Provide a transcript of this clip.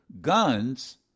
guns